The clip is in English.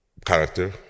Character